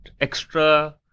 extra